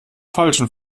falschen